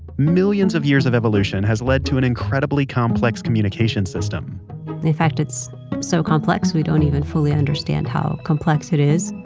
millions of years of evolution has led to an incredibly complex communication system in fact, it's so complex we don't even fully understand how complex it is.